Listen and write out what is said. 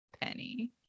Penny